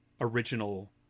original